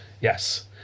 Yes